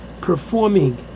performing